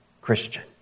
Christian